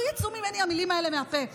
לא יצאו המילים האלה מהפה שלי.